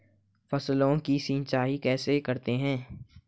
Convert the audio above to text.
फसलों की सिंचाई कैसे करते हैं?